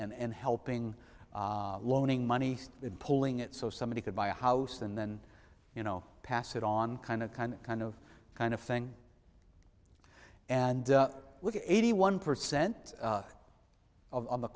and and helping loaning money in pulling it so somebody could buy a house and then you know pass it on kind of kind of kind of kind of thing and look at eighty one percent of the